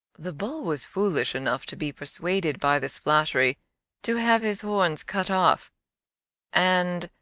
the bull was foolish enough to be persuaded by this flattery to have his horns cut off and,